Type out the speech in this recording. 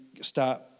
start